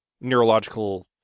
neurological